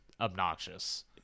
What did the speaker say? obnoxious